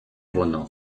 воно